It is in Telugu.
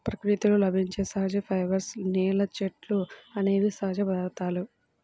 ప్రకృతిలో లభించే సహజ ఫైబర్స్, నేల, చెట్లు అనేవి సహజ పదార్థాలు